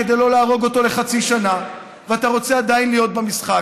כדי לא להרוג אותו לחצי שנה ואתה רוצה עדיין להיות במשחק.